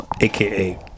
aka